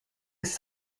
was